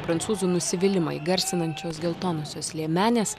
prancūzų nusivylimąi įgarsinančios geltonosios liemenės